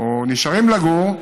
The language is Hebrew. או נשארים לגור,